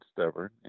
stubborn